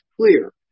clear